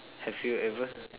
have you ever